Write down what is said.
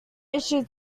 issues